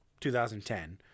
2010